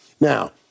Now